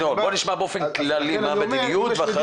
בוא נשמע באופן כללי מה המדיניות ואחרי זה